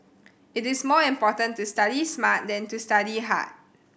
it is more important to study smart than to study hard